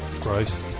Gross